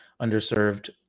underserved